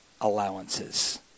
allowances